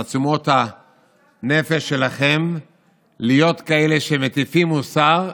תעצומות הנפש שלכם להיות כאלה שמטיפים מוסר,